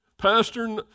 Pastor